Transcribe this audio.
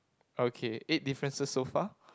okay eight differences so far